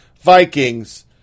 Vikings